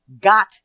got